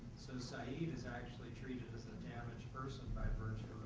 so sayid is actually treated as a damaged person by virtue